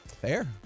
Fair